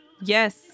Yes